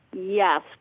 Yes